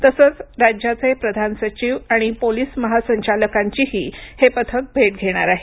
तसंच राज्याचे प्रधानसचिव आणि पोलीस महासंचालकांचीही हे पथक भेट घेणार आहे